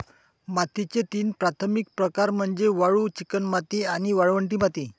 मातीचे तीन प्राथमिक प्रकार म्हणजे वाळू, चिकणमाती आणि वाळवंटी माती